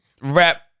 rap